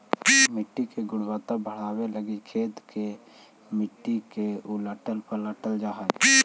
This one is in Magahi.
मट्टी के गुणवत्ता बढ़ाबे लागी खेत के जोत के मट्टी के उलटल पलटल जा हई